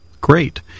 great